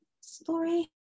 story